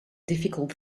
difficult